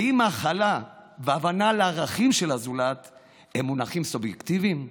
האם הכלה והבנה של ערכים של הזולת הן מונחים סובייקטיביים?